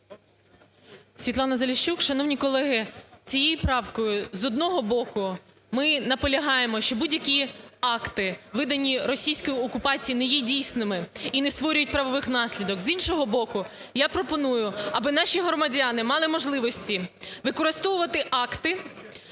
Світлана Заліщук. Шановні колеги, цією правкою, з одного боку, ми наполягаємо, що будь-які акти, видані у російській окупації, не є дійсними і не створюють правових наслідків. З іншого боку, я пропоную, аби наші громадяни мали можливість використовувати акти